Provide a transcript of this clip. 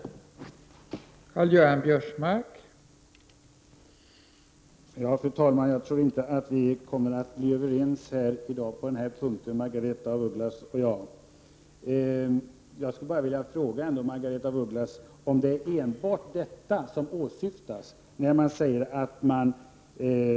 Upphävande: av